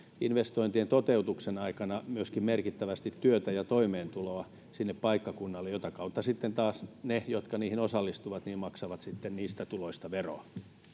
investointien toteutuksen aikana myöskin merkittävästi työtä ja toimeentuloa sinne paikkakunnalle mitä kautta taas ne jotka niihin osallistuvat maksavat sitten niistä tuloista veroa